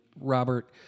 Robert